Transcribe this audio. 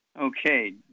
Okay